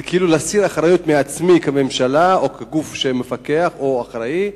זה כאילו להסיר אחריות מעצמו כממשלה או כגוף שמפקח או אחראי,